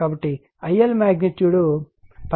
కాబట్టి IL magnitude 12 ampere అవుతుంది